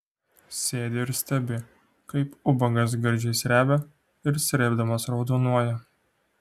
sėdi ir stebi kaip ubagas gardžiai srebia ir srėbdamas raudonuoja